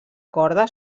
corda